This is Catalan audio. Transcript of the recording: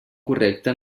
correcte